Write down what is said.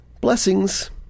Blessings